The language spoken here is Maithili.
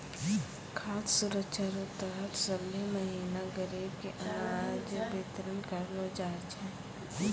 खाद सुरक्षा रो तहत सभ्भे महीना गरीब के अनाज बितरन करलो जाय छै